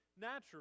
natural